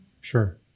sure